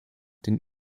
den